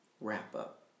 wrap-up